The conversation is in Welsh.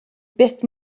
byth